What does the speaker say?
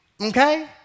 Okay